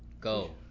Go